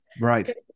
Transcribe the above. Right